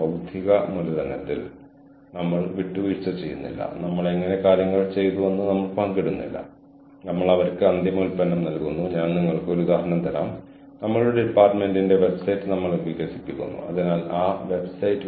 ഇത് പിന്നീട് team human capital team motivation സ്റ്റേറ്റുകൾ ടീം ഇൻവോൾവ്മെന്റ് എന്നിവയിലേക്ക് ഫീഡ് ചെയ്യുന്നു